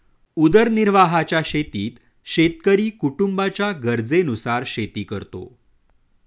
उदरनिर्वाहाच्या शेतीत शेतकरी कुटुंबाच्या गरजेनुसार शेती करतो